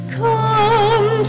come